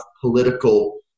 political